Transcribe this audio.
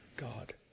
God